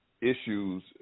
issues